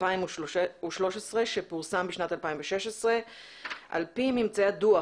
2013 שפורסם בשנת 2016. על פי ממצאי הדוח,